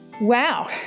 Wow